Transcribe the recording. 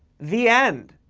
the end.